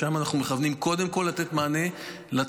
לשם אנחנו מכוונים, קודם כול לתת מענה לצבא.